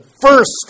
first